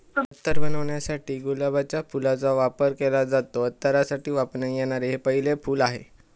अत्तर बनवण्यासाठी गुलाबाच्या फुलाचा वापर केला जातो, अत्तरासाठी वापरण्यात येणारे हे पहिले फूल आहे